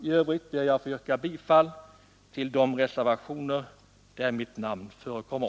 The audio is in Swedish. I övrigt ber jag att få yrka bifall till de reservationer där mitt namn förekommer.